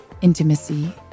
intimacy